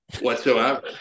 Whatsoever